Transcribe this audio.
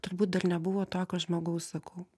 turbūt dar nebuvo tokio žmogaus sakau